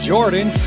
Jordan